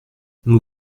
nous